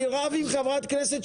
אני רב עם חברת כנסת,